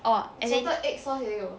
oh as in